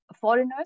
foreigners